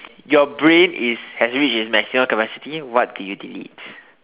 your brain is actually is maximum capacity what do you delete